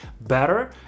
better